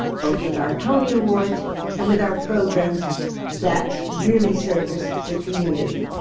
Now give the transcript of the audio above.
both with our tony awards and with our programs that really service the community.